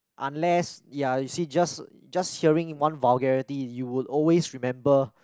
unless ya you see just just hearing one vulgarity you will always remember